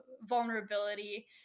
vulnerability